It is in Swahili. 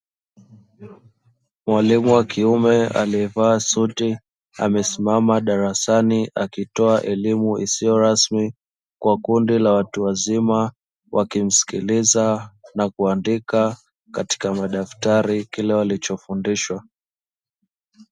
Mwalimu wa kiume aliyevaa suti amesimama darasani, akitoa elimu isiyo rasmi kwa kundi la watu wazima wakimsikiliza na kuandika katika madaftari kila walichofundishwa.